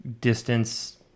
distance